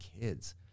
kids